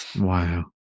wow